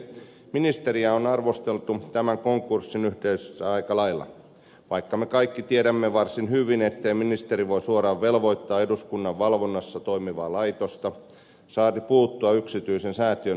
ministeriä on arvosteltu tämän konkurssin yhteydessä aika lailla vaikka me kaikki tiedämme varsin hyvin ettei ministeri voi suoraan velvoittaa eduskunnan valvonnassa toimivaa laitosta saati puuttua yksityisen säätiön hallintoon